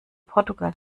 portugal